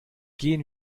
gehen